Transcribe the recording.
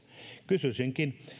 kysyisinkin